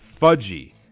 Fudgy